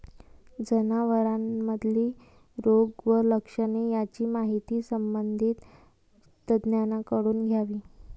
जनावरांमधील रोग व लक्षणे यांची माहिती संबंधित तज्ज्ञांकडून घ्यावी